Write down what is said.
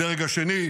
בדרג השני,